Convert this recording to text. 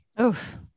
Oof